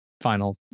final